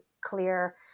clear